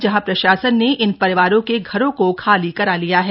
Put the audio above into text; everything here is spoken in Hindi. जहां प्रशासन ने इन परिवारों के घरों को खाली करा लिया है